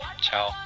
Ciao